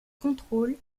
contrôle